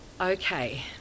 Okay